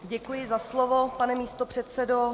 Děkuji za slovo, pane místopředsedo.